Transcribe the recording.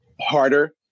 harder